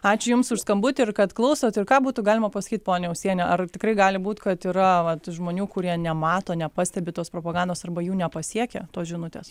ačiū jums už skambutį ir kad klausot ir ką būtų galima pasakyt ponia ūsiene ar tikrai gali būt kad yra vat žmonių kurie nemato nepastebi tos propagandos arba jų nepasiekia tos žinutės